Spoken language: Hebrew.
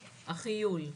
החיול,